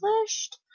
published